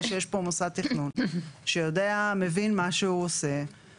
שיש פה מוסד תכנון שמבין מה שהוא עושה,